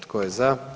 Tko je za?